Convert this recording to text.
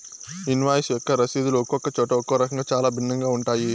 invoice యొక్క రసీదులు ఒక్కొక్క చోట ఒక్కో రకంగా చాలా భిన్నంగా ఉంటాయి